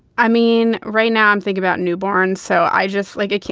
i mean, right now i'm think about newborns, so i just like it.